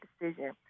decision